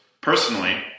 Personally